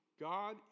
God